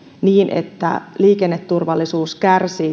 niin että liikenneturvallisuus kärsii